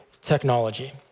technology